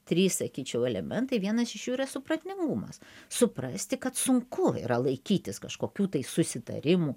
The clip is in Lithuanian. trys sakyčiau elementai vienas iš jų yra supratingumas suprasti kad sunku yra laikytis kažkokių tai susitarimų